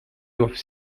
doivent